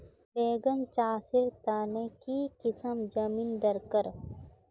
बैगन चासेर तने की किसम जमीन डरकर?